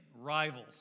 rivals